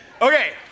Okay